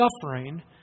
suffering